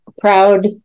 Proud